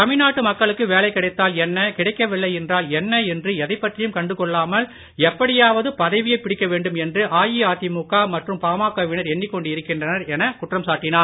தமிழ்நாட்டு மக்களுக்கு வேலை கிடைத்தால் என்ன கிடைக்கவில்லை என்றால் என்ன என்று எதைப் பற்றியும் கண்டுக் கொள்ளலாமல் எப்படியாவது பதவியை பிடிக்க வேண்டும் என்று அதிமுக மற்றும் பாமகவினர் எண்ணிக் கொண்டு இருக்கின்றனர் என குற்றம் சாட்டினார்